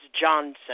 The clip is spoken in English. Johnson